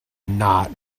not